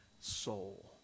soul